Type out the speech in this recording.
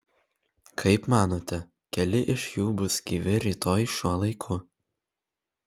kaip manote keli iš jų bus gyvi rytoj šiuo laiku